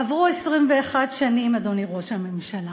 עברו 21 שנים, אדוני ראש הממשלה.